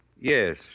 Yes